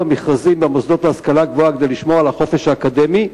מכרזים במוסדות להשכלה גבוהה כדי לשמור על החופש האקדמי.